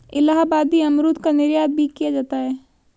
इलाहाबादी अमरूद का निर्यात भी किया जाता है